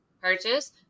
purchase